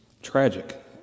Tragic